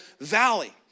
valley